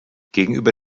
gegenüber